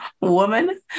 woman